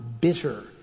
bitter